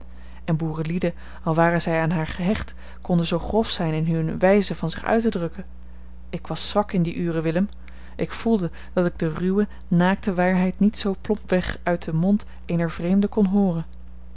en boerenlieden al waren zij aan haar gehecht konden zoo grof zijn in hunne wijze van zich uit te drukken ik was zwak in die ure willem ik voelde dat ik de ruwe naakte waarheid niet zoo plompweg uit den mond eener vreemde kon hooren